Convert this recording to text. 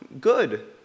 Good